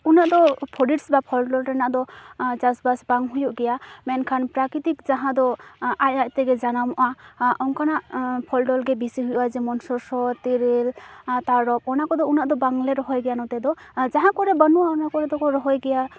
ᱩᱱᱟᱹᱜᱫᱚ ᱯᱷᱚᱨᱤᱰᱥ ᱥᱮ ᱯᱷᱚᱞᱼᱰᱚᱞ ᱨᱮᱱᱟᱜ ᱫᱚ ᱪᱟᱥᱵᱟᱥ ᱵᱟᱝ ᱦᱩᱭᱩᱜ ᱜᱮᱭᱟ ᱢᱮᱱᱠᱷᱟᱱ ᱯᱨᱟᱠᱨᱤᱛᱤᱠ ᱡᱟᱦᱟᱸᱫᱚ ᱟᱡᱼᱟᱡᱛᱮ ᱜᱮ ᱡᱟᱱᱟᱢᱚᱜᱼᱟ ᱚᱝᱠᱟᱱᱟᱜ ᱯᱷᱚᱞ ᱰᱚᱞ ᱜᱮ ᱵᱮᱥᱤᱫᱚ ᱦᱩᱭᱩᱜᱼᱟ ᱡᱮᱢᱚᱱ ᱥᱚᱥᱚ ᱛᱮᱨᱮᱞ ᱛᱟᱨᱚᱵᱽ ᱚᱱᱟ ᱠᱚᱫᱚ ᱩᱱᱟᱹᱜ ᱫᱚ ᱵᱟᱝᱞᱮ ᱨᱚᱦᱚᱭ ᱜᱮᱭᱟ ᱱᱚᱛᱮ ᱫᱚ ᱟᱨ ᱡᱟᱦᱟᱸ ᱠᱚᱨᱮ ᱵᱟᱹᱱᱩᱜᱼᱟ ᱚᱱᱟ ᱠᱚᱨᱮᱫᱚ ᱠᱚ ᱨᱚᱦᱚᱭ ᱜᱮᱭᱟ